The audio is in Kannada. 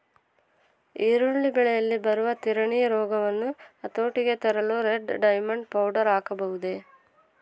ಈರುಳ್ಳಿ ಬೆಳೆಯಲ್ಲಿ ಬರುವ ತಿರಣಿ ರೋಗವನ್ನು ಹತೋಟಿಗೆ ತರಲು ರೆಡ್ ಡೈಮಂಡ್ ಪೌಡರ್ ಹಾಕಬಹುದೇ?